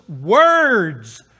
words